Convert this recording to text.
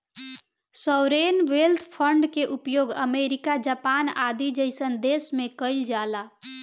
sovereign wealth fund के उपयोग America Japan आदि जईसन देश में कइल जाला